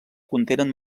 contenen